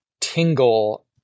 tingle